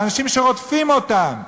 לאנשים שרודפים אותם,